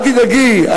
אל תדאגי,